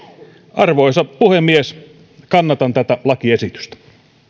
arvoisa puhemies kannatan tätä lakiesitystä